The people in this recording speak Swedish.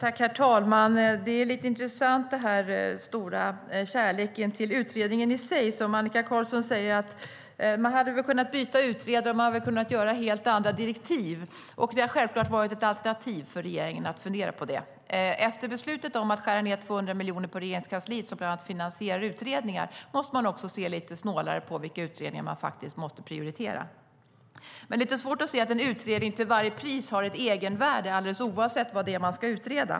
Herr talman! Den stora kärleken till utredningen i sig är intressant. Annika Qarlsson säger att man hade kunnat byta utredare eller ge helt andra direktiv. Det hade självklart varit ett alternativ för regeringen. Efter beslutet om att skära ned 200 miljoner på Regeringskansliet, som bland annat finansierar utredningar, måste man också se lite snålare på vilka utredningar som ska prioriteras. Det är lite svårt att se att en utredning till varje pris har ett egenvärde alldeles oavsett vad som ska utredas.